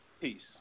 peace